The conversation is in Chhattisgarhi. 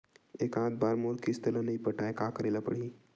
एकात बार मोर किस्त ला नई पटाय का करे ला पड़ही?